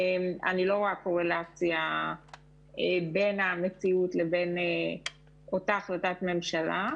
אני לא רואה קורלציה בין המציאות לבין אותה החלטת ממשלה.